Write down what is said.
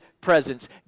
presence